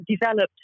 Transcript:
developed